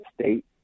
state